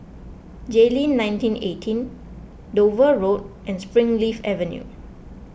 Jayleen nineteen eighteen Dover Road and Springleaf Avenue